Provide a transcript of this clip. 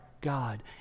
God